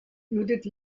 judith